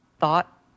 thought